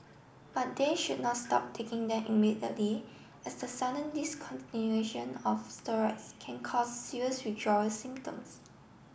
but they should not stop taking them immediately as the sudden discontinuation of steroids can cause serious withdrawal symptoms